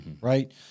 Right